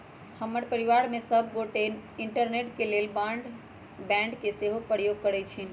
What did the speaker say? हमर परिवार में सभ गोटे इंटरनेट के लेल ब्रॉडबैंड के सेहो प्रयोग करइ छिन्ह